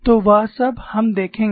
तो वह सब हम देखेंगे